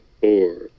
four